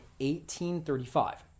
1835